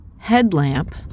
headlamp